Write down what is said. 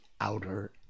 outer